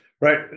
right